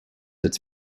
its